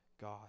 God